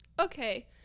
okay